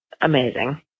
amazing